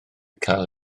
cael